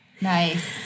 Nice